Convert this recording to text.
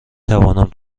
توانم